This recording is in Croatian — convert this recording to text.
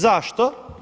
Zašto?